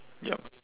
yup